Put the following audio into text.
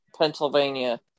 Pennsylvania